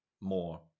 more